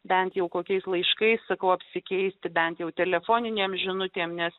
bent jau kokiais laiškai sakau apsikeisti bent jau telefoniniam žinutėm nes